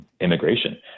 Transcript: immigration